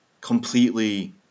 completely